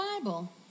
Bible